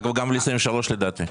אגב, גם ל-23' לדעתי.